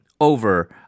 over